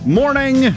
morning